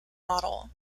model